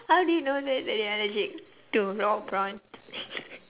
how do you know that that you're allergic to raw prawn